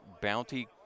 bounty